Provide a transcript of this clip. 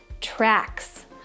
tracks